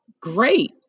great